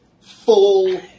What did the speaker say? Full